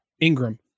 Ingram